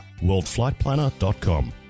WorldFlightPlanner.com